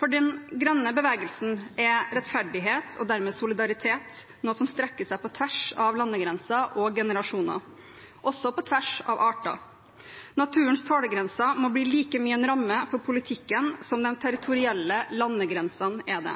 For den grønne bevegelsen er rettferdighet, og dermed solidaritet, noe som strekker seg på tvers av landegrenser og generasjoner – også på tvers av arter. Naturens tålegrenser må bli like mye en ramme for politikken som de territorielle landegrensene er det.